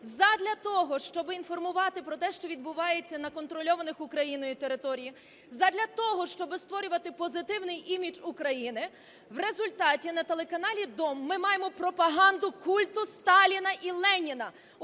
задля того, щоб інформувати про те, що відбувається на контрольованих Україною територіях, задля того, щоб створювати позитивний імідж України, в результаті на телеканалі "Дом" ми маємо пропаганду культу Сталіна і Леніна